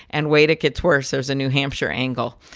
and wait, it gets worse. there's a new hampshire angle.